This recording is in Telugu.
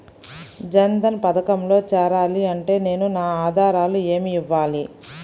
జన్ధన్ పథకంలో చేరాలి అంటే నేను నా ఆధారాలు ఏమి ఇవ్వాలి?